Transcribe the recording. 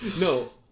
no